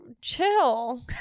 chill